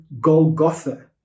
Golgotha